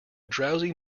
drowsy